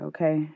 Okay